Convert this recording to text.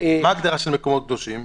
מה ההגדרה של מקומות קדושים?